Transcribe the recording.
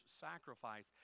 sacrifice